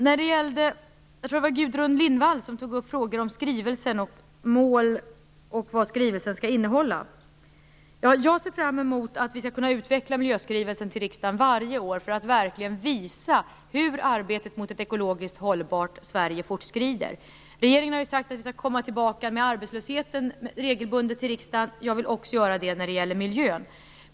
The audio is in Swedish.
Jag tror att det var Gudrun Lindvall som tog upp frågan om skrivelsen och om vad skrivelsen skall innehålla. Jag ser fram emot att vi skall kunna utveckla miljöskrivelsen till riksdagen varje år för att verkligen visa hur arbetet mot ett ekologiskt hållbart Sverige fortskrider. Regeringen har ju sagt att vi skall återkomma om arbetslösheten regelbundet till riksdagen. Jag vill också göra det när det gäller miljön.